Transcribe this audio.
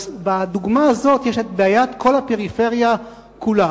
בדוגמה הזאת ישנה בעיית כל הפריפריה כולה,